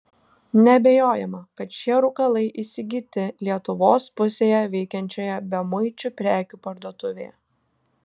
neabejojama kad šie rūkalai įsigyti lietuvos pusėje veikiančioje bemuičių prekių parduotuvėje